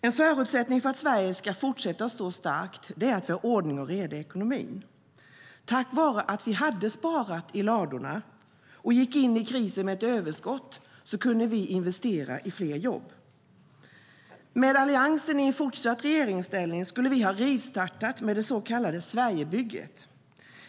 Om Alliansen fortsatt hade varit i regeringsställning skulle vi ha rivstartat det så kallade Sverigebygget.